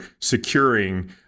securing